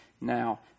Now